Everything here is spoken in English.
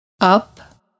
Up